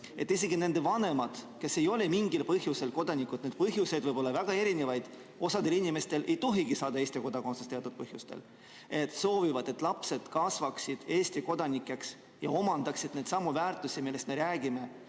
et isegi nende laste vanemad, kes ei ole mingil põhjusel kodanikud – neid põhjuseid võib olla väga erinevaid, osa inimesi ei tohigi saada Eesti kodakondsust teatud põhjustel –, soovivad, et lapsed kasvaksid Eesti kodanikena ja omandaksid neidsamu väärtusi, millest me räägime.